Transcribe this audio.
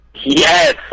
Yes